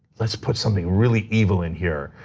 let's put something really evil in here.